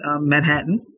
Manhattan